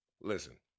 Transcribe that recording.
Listen